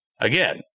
Again